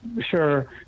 Sure